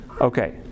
Okay